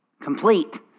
complete